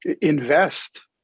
invest